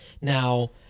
Now